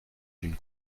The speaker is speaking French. d’une